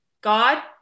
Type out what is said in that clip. God